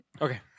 Okay